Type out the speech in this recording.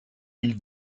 ils